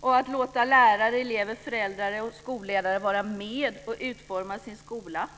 och att låta lärare, elever, föräldrar och skolledare vara med och utforma sin skola.